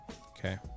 okay